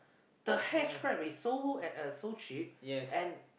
the hitch grab is so uh so cheap and